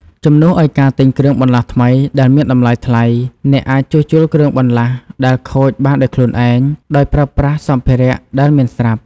ជំនួសឲ្យការទិញគ្រឿងបន្លាស់ថ្មីដែលមានតម្លៃថ្លៃ អ្នកអាចជួសជុលគ្រឿងបន្លាស់ដែលខូចបានដោយខ្លួនឯង ដោយប្រើប្រាស់សម្ភារៈដែលមានស្រាប់។